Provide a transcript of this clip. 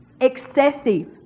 Excessive